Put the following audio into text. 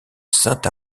saint